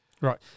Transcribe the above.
Right